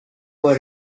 were